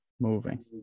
moving